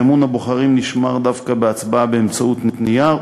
שאמון הבוחרים נשמר דווקא בהצבעה באמצעות נייר,